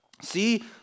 See